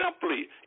simply